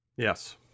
Yes